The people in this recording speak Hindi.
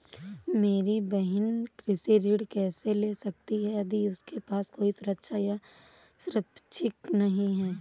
मेरी बहिन कृषि ऋण कैसे ले सकती है यदि उसके पास कोई सुरक्षा या संपार्श्विक नहीं है?